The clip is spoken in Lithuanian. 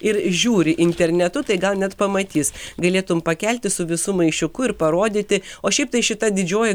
ir žiūri internetu tai gal net pamatys galėtum pakelti su visu maišiuku ir parodyti o šiaip tai šita didžioji